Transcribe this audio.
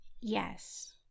yes